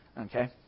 Okay